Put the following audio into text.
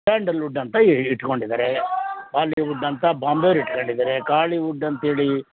Sandalwood ಅಂತ ಹೇಳ್ ಇಟ್ಟುಕೊಂಡಿದಾರೆ ಬಾಲಿವುಡ್ ಅಂತ ಬಾಂಬೆಯವ್ರು ಇಟ್ಕೊಂಡಿದಾರೆ ಕಾಲಿವುಡ್ ಅಂತೇಳಿ